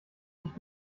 nicht